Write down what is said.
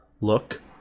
look